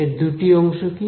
এর দুটি অংশ কি